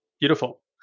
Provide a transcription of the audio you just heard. Beautiful